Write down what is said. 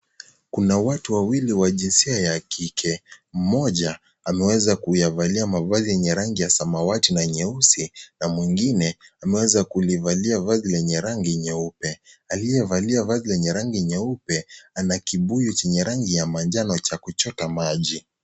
Kuna watu wawili wa jinsia ya kike. Mmoja, ameweza kuyavalia mavazi yenye rangi ya samawati na nyeusi na mwingine, ameweza kulivalia vazi lenye rangi nyeupe. Aliyevalia vazi lenye rangi nyeupe, ana kibuyu chenye rangi ya manjano cha kuchota maji.